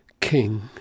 King